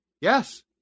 Yes